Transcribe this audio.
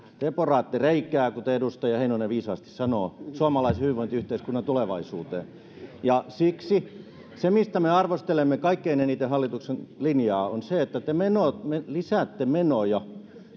te poraatte reikää kuten edustaja heinonen viisaasti sanoo suomalaisen hyvinvointiyhteiskunnan tulevaisuuteen ja se mistä me arvostelemme kaikkein eniten hallituksen linjaa on se että te lisäätte menoja